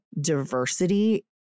diversity